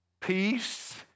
peace